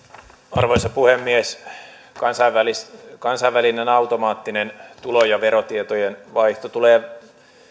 arvoisa puhemies kansainvälinen automaattinen tulo ja verotietojen vaihto tulee